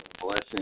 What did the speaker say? blessing